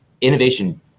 innovation